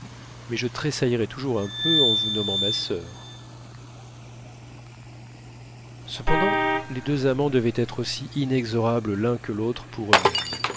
mais je tressaillerai toujours un peu en vous nommant ma soeur cependant les deux amants devaient être aussi inexorables l'un que l'autre pour eux-mêmes